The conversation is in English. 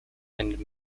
and